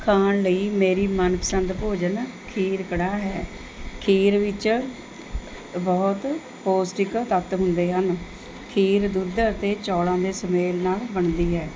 ਖਾਣ ਲਈ ਮੇਰੀ ਮਨਪਸੰਦ ਭੋਜਨ ਖੀਰ ਕੜਾਹ ਹੈ ਖੀਰ ਵਿੱਚ ਬਹੁਤ ਪੋਸ਼ਟਿਕ ਤੱਤ ਹੁੰਦੇ ਹਨ ਖੀਰ ਦੁੱਧ ਅਤੇ ਚੌਲ਼ਾਂ ਦੇ ਸੁਮੇਲ ਨਾਲ ਬਣਦੀ ਹੈ